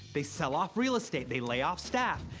they sell off real estate, they lay off staff,